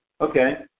Okay